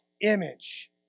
image